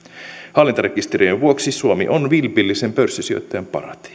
hallintarekisterien vuoksi suomi on vilpillisen pörssisijoittajan paratiisi